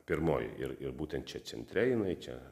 pirmoj ir ir būtent čia centre jinai čia